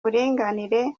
buringanire